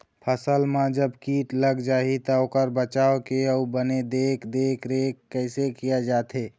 फसल मा जब कीट लग जाही ता ओकर बचाव के अउ बने देख देख रेख कैसे किया जाथे?